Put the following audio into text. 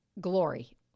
glory